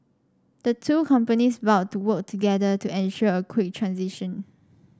the two companies vowed to work together to ensure a quick transition